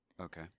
Okay